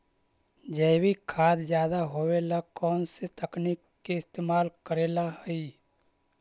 जैविक खेती ज्यादा होये ला कौन से तकनीक के इस्तेमाल करेला हई?